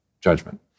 judgment